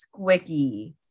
squicky